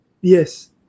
Yes